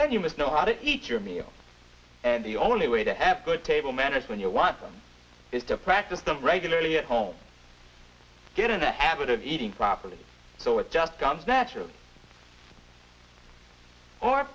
there you must know how to eat your meal and the only way to have good table manners when you want them is to practice them regularly at home get in the habit of eating properly so it just comes naturally or